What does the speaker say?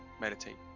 meditate